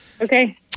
Okay